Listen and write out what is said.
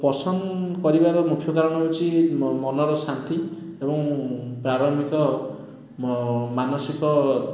ଓ ପସନ୍ଦ କରିବାର ମୁଖ୍ୟ କାରଣ ହେଉଛି ମନର ଶାନ୍ତି ଏବଂ ପ୍ରାରମ୍ଭିକ ମାନସିକ